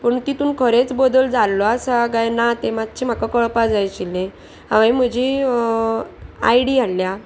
पूण तितून खरेंच बदल जाल्लो आसा कायं ना तें मातशें म्हाका कळपा जाय आशिल्लें हांवें म्हजी आय डी हाडल्या